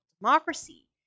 democracy